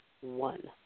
one